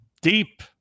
deep